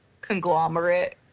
conglomerate